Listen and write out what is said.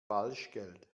falschgeld